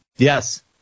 Yes